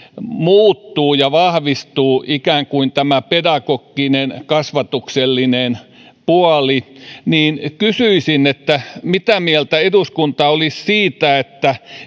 muuttuu ja vahvistuu ikään kuin tämä pedagoginen kasvatuksellinen puoli niin kysyisin mitä mieltä eduskunta olisi siitä että